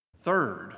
Third